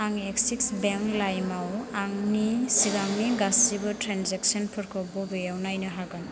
आं Axis bank लाइमाव आंनि सिगांनि गासिबो ट्रेन्जेक्सनफोरखौ बबेआव नायनो हागोन